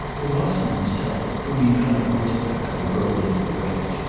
to wasson himself, whom he met on horseback on the road into the ranch,